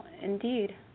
indeed